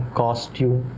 costume